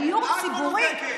את מנותקת.